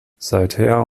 seither